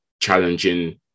challenging